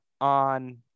on